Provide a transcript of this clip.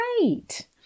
great